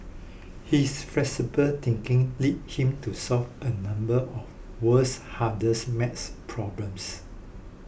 his flexible thinking lead him to solve a number of the world's hardest math problems